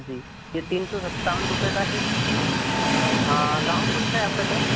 जी ये तीन सौ सत्तावन रुपए का है गाँव कौनसा है आपका सर